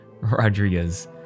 Rodriguez